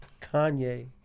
Kanye